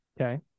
Okay